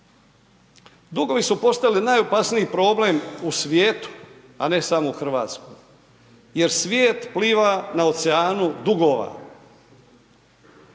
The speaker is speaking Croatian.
Dugovi su postali najopasniji problem u svijetu, a ne samo u RH jer svijet pliva na oceanu dugova.